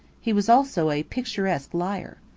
he was also a picturesque liar.